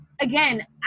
again